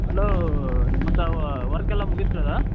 hello ಮತ್ತೆ ಅವ ವರ್ಕೆಲ್ಲ ಮುಗಿತ್ರದ